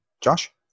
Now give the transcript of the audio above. Josh